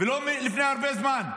ולא לפני הרבה זמן,